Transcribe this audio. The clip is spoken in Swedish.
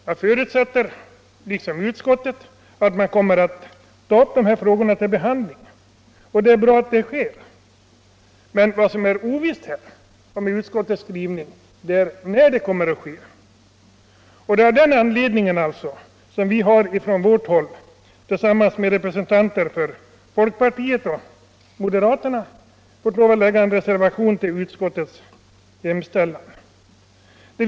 Jag förutsätter liksom utskottet att utredningen kommer att ta upp frågan om en standardsäkring till behandling, och det är bra att så sker. Men vad som med utskottets skrivning är ovisst är när det kommer att ske. Det är av den anledningen vi från centern tillsammans med repre sentanter för folkpartiet och moderaterna fått lov att foga en reservation till utskottets betänkande.